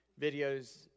videos